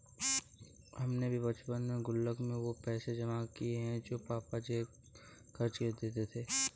हमने भी बचपन में गुल्लक में वो पैसे जमा किये हैं जो पापा जेब खर्च के लिए देते थे